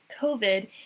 COVID